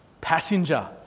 passenger